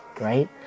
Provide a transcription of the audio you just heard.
right